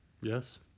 Yes